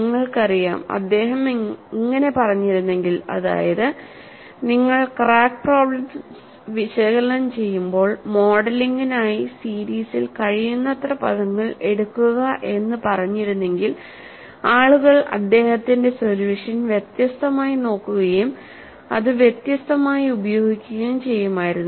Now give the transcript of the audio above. നിങ്ങൾക്കറിയാം അദ്ദേഹം ഇങ്ങനെ പറഞ്ഞിരുന്നെങ്കിൽഅതായത് നിങ്ങൾ ക്രാക്ക് പ്രോബ്ലെംസ് വിശകലനം ചെയ്യുമ്പോൾ മോഡലിംഗിനായി സീരീസിൽ കഴിയുന്നത്ര പദങ്ങൾ എടുക്കുക എന്ന് പറഞ്ഞിരുന്നെങ്കിൽ ആളുകൾ അദ്ദേഹത്തിന്റെ സൊല്യൂഷൻ വ്യത്യസ്തമായി നോക്കുകയും അത് വ്യത്യസ്തമായി ഉപയോഗിക്കുകയും ചെയ്യുമായിരുന്നു